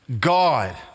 God